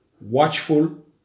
watchful